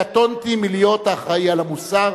קטונתי מלהיות אחראי למוסר,